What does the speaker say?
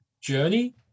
journey